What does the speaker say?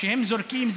כשהם זורקים,